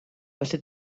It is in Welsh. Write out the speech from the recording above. felly